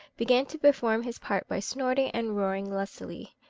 began to perform his part by snorting and roaring lustily.